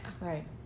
Right